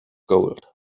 gold